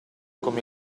come